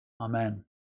Amen